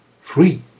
free